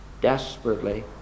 desperately